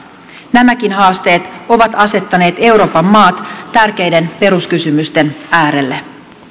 nämäkin haasteet ovat asettaneet euroopan maat tärkeiden peruskysymysten äärelle